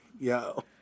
Yo